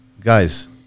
guys